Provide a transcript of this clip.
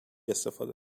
استفاده